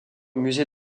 musée